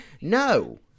No